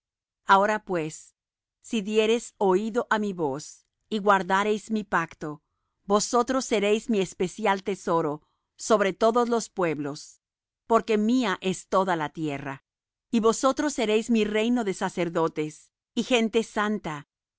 ahora pues si diereis oído á mi voz y guardareis mi pacto vosotros seréis mi especial tesoro sobre todos los pueblos porque mía es toda la tierra y vosotros seréis mi reino de sacerdotes y gente santa